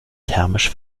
thermisch